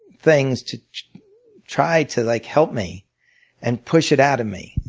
things to try to like help me and push it out of me,